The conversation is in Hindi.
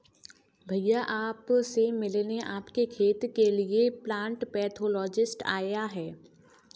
भैया आप से मिलने आपके खेत के लिए प्लांट पैथोलॉजिस्ट आया है